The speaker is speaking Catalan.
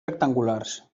rectangulars